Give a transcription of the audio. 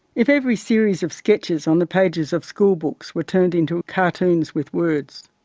if every series of sketches on the pages of school books were turned into a cartoon with words.